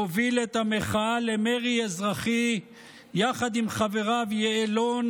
מוביל את המחאה למרי אזרחי יחד עם חבריו יעלון,